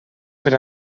per